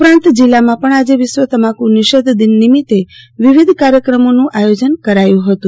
ઉપરાંત જિલ્લામાં પણ આજે વિશ્વ તમાકુ નિષેધ દિન નિમિતે વિવિધ કાર્યક્રમોનું આયોજન કરાયુ હતું